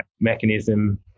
mechanism